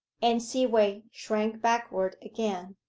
anne seaway shrank backward again.